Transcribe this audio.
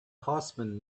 horseman